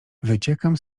wyciekam